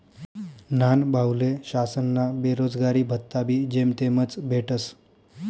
न्हानभाऊले शासनना बेरोजगारी भत्ताबी जेमतेमच भेटस